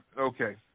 okay